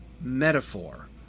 metaphor